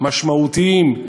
הישגים משמעותיים השנה,